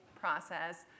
process